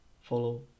follow